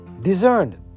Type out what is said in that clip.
discerned